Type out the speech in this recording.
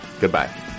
Goodbye